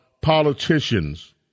politicians